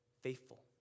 faithful